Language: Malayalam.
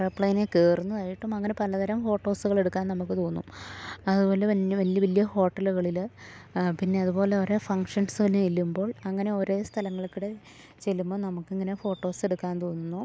ഏറോപ്ലെയിനിൽ കയറുന്നതായിട്ടും അങ്ങനെ പലതരം ഫോട്ടോസുകളെടുക്കാൻ നമുക്ക് തോന്നും അതു പോലെ വലിയ വലിയ വലിയ ഹോട്ടലുകളിൽ പിന്നെയതു പോലെയോരോ ഫങ്ഷൻസിനു ചെല്ലുമ്പോൾ അങ്ങനെയോരേ സ്ഥലങ്ങളൾക്കടെ ചെല്ലുമ്പോൾ നമുക്കിങ്ങനെ ഫോട്ടോസ് എടുക്കാൻ തോന്നുന്നു